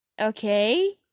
Okay